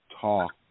talk